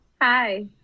Hi